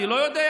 אני לא יודע.